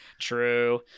True